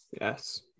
Yes